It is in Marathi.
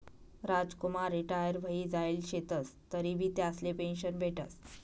रामकुमार रिटायर व्हयी जायेल शेतंस तरीबी त्यासले पेंशन भेटस